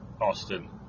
Austin